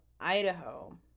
Idaho